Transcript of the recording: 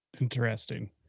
Interesting